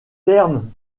terme